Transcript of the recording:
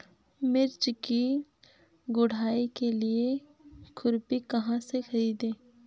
मिर्च की गुड़ाई के लिए खुरपी कहाँ से ख़रीदे?